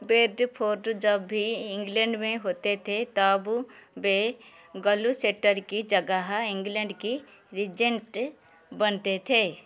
Bedford जब भी England में होते थे तब वे गलुसेटर की जगह इंग्लैंड के रीजेंट बनते थे